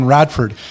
Radford